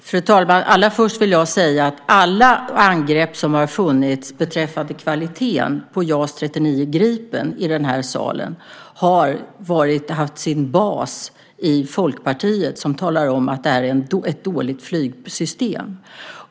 Fru talman! Först vill jag säga att alla angrepp som skett i denna sal beträffande kvaliteten på JAS 39 Gripen haft sin bas i Folkpartiet, som talar om det som ett dåligt flygsystem.